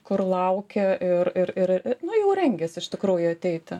kur laukia ir ir ir nu jau rengiasi iš tikrųjų ateiti